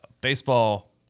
baseball